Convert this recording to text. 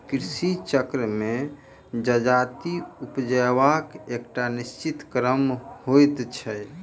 कृषि चक्र मे जजाति उपजयबाक एकटा निश्चित क्रम होइत छै